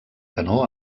canó